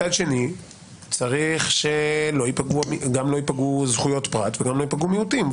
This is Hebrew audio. מצד שני צריך שגם לא ייפגעו זכויות פרט וגם לא ייפגעו מיעוטים.